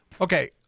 Okay